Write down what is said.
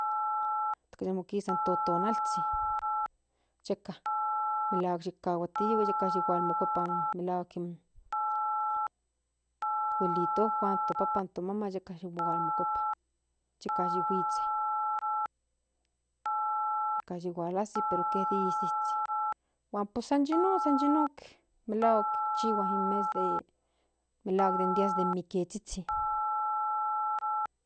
Akaya mo kisa in totonalzhin yeka melahuak yi kahuatihue yrka yi hualmokuepa melahuak in to abuelitojuan to papan tomaman yeka yu mohuelmokuepa yeka yi huitsen yeka yi hualzi pero que dia de iszizi huan pues san yi non san yinon melahuak chihua in mes de melahuak dia de mimiezhizhin.